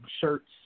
shirts